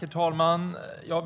Herr talman!